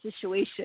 situation